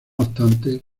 obstante